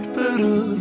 better